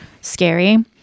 scary